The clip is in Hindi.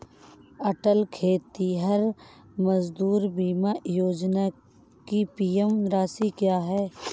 अटल खेतिहर मजदूर बीमा योजना की प्रीमियम राशि क्या है?